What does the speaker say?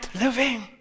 living